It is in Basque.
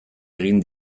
egin